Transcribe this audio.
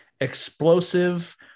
explosive